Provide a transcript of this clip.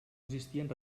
existien